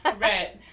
Right